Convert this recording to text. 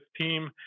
team